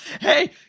hey